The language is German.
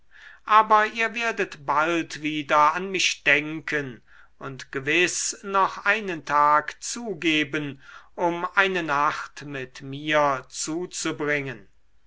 aber ihr werdet bald wieder an mich denken und gewiß noch einen tag zugeben um eine nacht mit mir zuzubringen